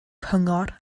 cyngor